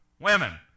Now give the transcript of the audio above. Women